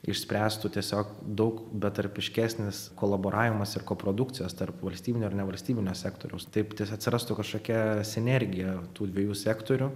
išspręstų tiesiog daug betarpiškesnis kolaboravimas ir koprodukcijos tarpvalstybinio ar nevalstybinio sektoriaus taip ties atsirastų kažkokia sinergija tų dviejų sektorių